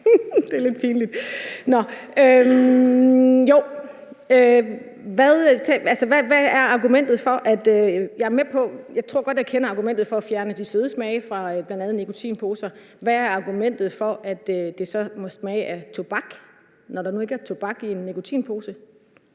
jeg huske det. Jeg tror godt, jeg kender argumentet for at fjerne de søde smage fra bl.a. nikotinposer. Hvad er argumentet for, at det så må smage af tobak, når der nu ikke er tobak i en nikotinpose?